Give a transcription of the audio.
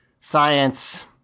science